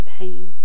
pain